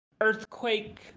earthquake